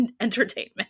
entertainment